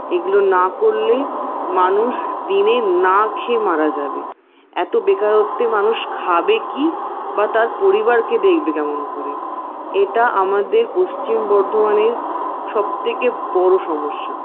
এগুলো না করলে মানুষ দিনে না খেয়ে মারা যাবে এত বেকারত্বে মানুষ খাবে কি বা তার পরিবারকে দেখবে কেমন করে এটা আমাদের পশ্চিম বর্ধমানের সব থেকে বড় সমস্যা